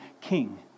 king